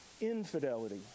infidelity